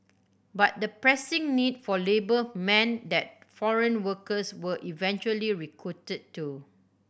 but the pressing need for labour man that foreign workers were eventually recruited too